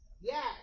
yes